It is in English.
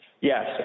Yes